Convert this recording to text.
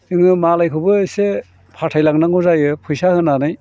जोङो मालायखौबो एसे फाथायलांनांगौ जायो फैसा होनानै